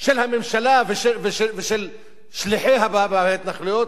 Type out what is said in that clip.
של הממשלה ושל שליחיה בהתנחלויות,